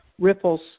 ripples